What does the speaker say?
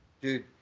Dude